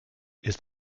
ist